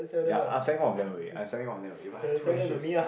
ya I'm selling one of them away I'm selling one of them away but I have too many shoes